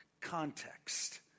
context